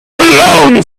alone